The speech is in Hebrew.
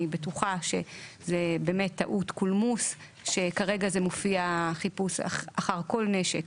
אני בטוחה שזה באמת טעות קולמוס שכרגע זה מופיע חיפוש אחר כל נשק,